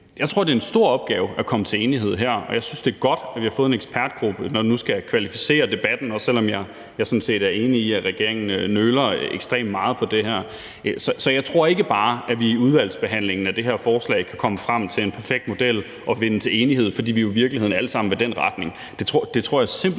Jeg tror, det er en stor opgave at komme til enighed her, og jeg synes, det er godt, at vi har fået en ekspertgruppe i forhold til at kvalificere debatten, også selv om jeg sådan set er enig i, at regeringen nøler ekstremt meget på det her. Så jeg tror ikke bare, at vi i udvalgsbehandlingen af det her forslag kan komme frem til en perfekt model og nå til enighed, fordi vi jo i virkeligheden alle sammen vil i den retning. Det tror jeg simpelt hen